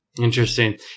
Interesting